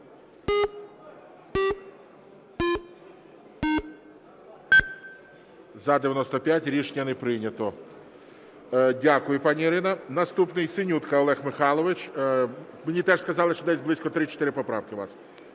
За-95 Рішення не прийнято. Дякую, пані Ірино. Наступний - Синютка Олег Михайлович. Мені теж сказали, що десь близько три, чотири поправки у вас.